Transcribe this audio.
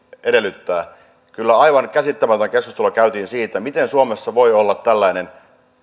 edellyttää kyllä aivan käsittämätöntä keskustelua käytiin siitä miten suomessa voi olla tällainen